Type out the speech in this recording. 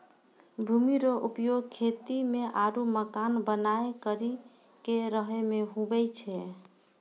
भूमि रो उपयोग खेती मे आरु मकान बनाय करि के रहै मे हुवै छै